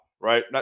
Right